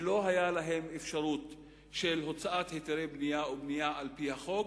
שלא היתה להם אפשרות להוציא היתרי בנייה או לבנות על-פי החוק,